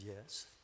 yes